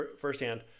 firsthand